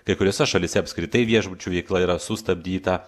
kai kuriose šalyse apskritai viešbučių veikla yra sustabdyta